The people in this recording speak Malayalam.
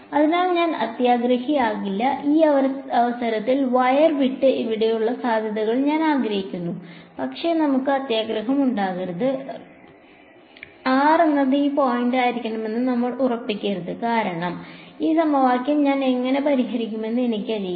അതിനാൽ ഞാൻ അത്യാഗ്രഹിയാകില്ല ഈ അവസരത്തിൽ വയർ വിട്ട് ഇവിടെയുള്ള സാധ്യതകൾ ഞാൻ ആഗ്രഹിക്കുന്നു പക്ഷേ നമുക്ക് അത്യാഗ്രഹം ഉണ്ടാകരുത് r എന്നത് ഈ പോയിന്റായിരിക്കണമെന്ന് നമുക്ക് ഉറപ്പിക്കരുത് കാരണം ഈ സമവാക്യം ഞാൻ എങ്ങനെ പരിഹരിക്കുമെന്ന് എനിക്കറിയില്ല